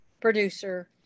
producer